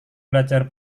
belajar